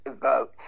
vote